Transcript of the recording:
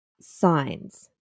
signs